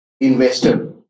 investor